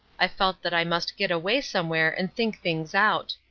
i felt that i must get away somewhere and think things out.